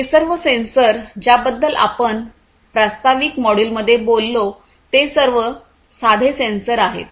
तर हे सर्व सेन्सर ज्या बद्दल आपण प्रास्ताविक मॉड्यूलमध्ये बोललो ते सर्व साधे सेन्सर आहेत